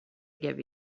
give